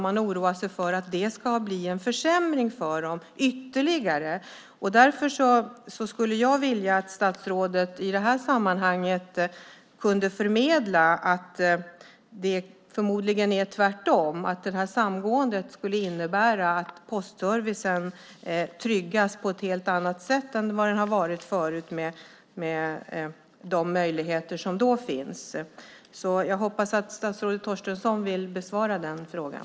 Man oroar sig för att det ska innebära ytterligare en försämring för dem. Jag skulle därför vilja att statsrådet i det här sammanhanget kunde förmedla att det förmodligen är tvärtom - att samgåendet innebär att postservicen tryggas på ett helt annat sätt än tidigare. Jag hoppas att statsrådet Torstensson vill besvara den frågan.